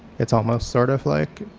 it's almost sort of like